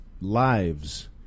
lives